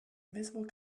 invisible